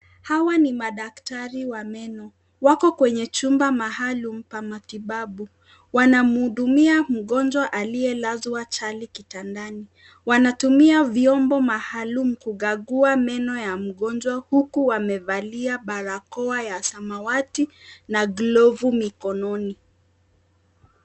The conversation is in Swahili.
Hawa ni madaktari wa meno wako kwenye chumba maalum pa matibabu wanamhudumia mgonjwa aliyelazwa chali kitandani wanatumia vyombo maalum kukagua meno ya mgonjwa huku wamevalia barakoa ya samawati na glavu mikononi.